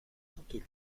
canteleu